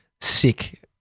sick